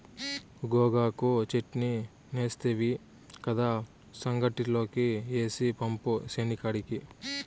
గోగాకు చెట్నీ సేస్తివి కదా, సంగట్లోకి ఏసి పంపు సేనికాడికి